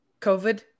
COVID